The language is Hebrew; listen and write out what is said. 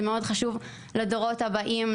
זה מאוד חשוב לדורות הבאים,